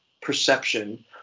perception